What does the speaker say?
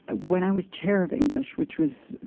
ah when i was chair of english which was,